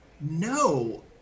no